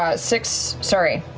ah six, sorry,